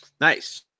Nice